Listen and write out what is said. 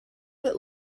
with